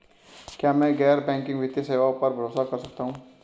क्या मैं गैर बैंकिंग वित्तीय सेवाओं पर भरोसा कर सकता हूं?